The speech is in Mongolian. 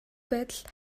байдал